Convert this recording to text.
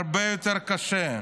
הרבה יותר קשה,